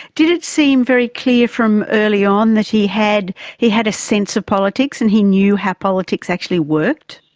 did it seem very clear from early on that he had he had a sense of politics and he knew how politics actually worked?